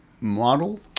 model